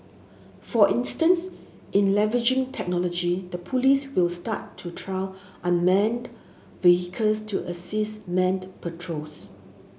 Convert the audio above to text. for instance in leveraging technology the police will start to trial unmanned vehicles to assist manned patrols